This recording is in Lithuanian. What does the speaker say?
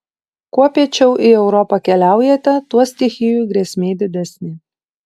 kuo piečiau į europą keliaujate tuo stichijų grėsmė didesnė